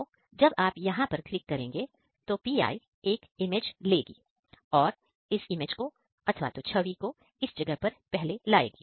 तो जब आप यहां यहां पर क्लिक करेंगे तो PI एक इमेज लेगी और छवि इस जगह पर पहले आएगी